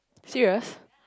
serious